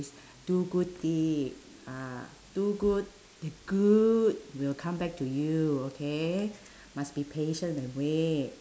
is do good deed ah do good good will come back to you okay must be patient and wait